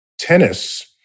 tennis